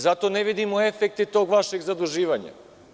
Zato ne vidimo efekte tog vašeg zaduživanja.